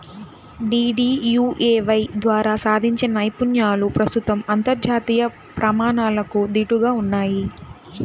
DDUAY ద్వారా సాధించిన నైపుణ్యాలు ప్రస్తుతం అంతర్జాతీయ ప్రమాణాలకు దీటుగా ఉన్నయ్